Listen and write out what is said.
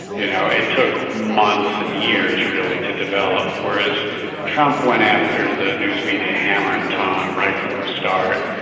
you know it took months and years really to develop, whereas trump went after the news media hammer and tongs right from the start.